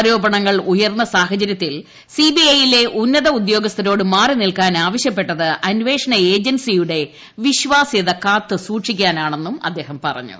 ആരോപണങ്ങൾ ഉയർന്ന സാഹചരൃത്തിൽ സിബിഐ യിലെ ഉന്നത ഉദ്യോഗസ്ഥരോട് മാറിനിൽക്കാൻ ആവശ്യപ്പെട്ടത് അന്വേഷണ ഏജൻസിയുടെ വിശ്വാസൃത കാത്തുസൂക്ഷിക്കാനാണെന്നും അദ്ദേഹം പറഞ്ഞു